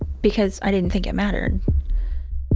ah because i didn't think it mattered